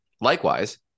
Likewise